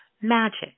magic